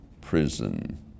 prison